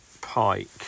pike